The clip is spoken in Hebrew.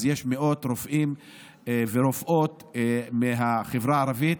אז יש מאות רופאים ורופאות מהחברה הערבית.